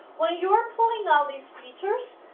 when you're holding all these features,